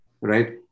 right